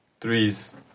threes